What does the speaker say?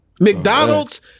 McDonald's